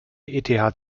eth